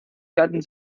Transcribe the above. gatten